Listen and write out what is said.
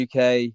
UK